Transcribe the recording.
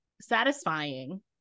satisfying